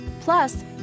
plus